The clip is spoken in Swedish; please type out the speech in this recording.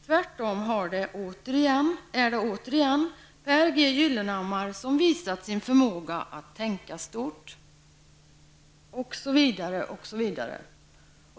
Tvärtom är det Pehr G Gyllenhammar som har visat sin förmåga att 'tänka stort'.''